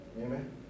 amen